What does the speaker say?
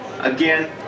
Again